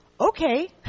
Okay